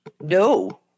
No